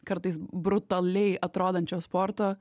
kartais brutaliai atrodančio sporto